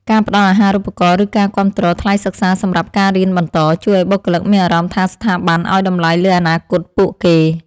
ការផ្ដល់អាហារូបករណ៍ឬការគាំទ្រថ្លៃសិក្សាសម្រាប់ការរៀនបន្ត ជួយឱ្យបុគ្គលិកមានអារម្មណ៍ថាស្ថាប័នឱ្យតម្លៃលើអនាគតពួកគេ។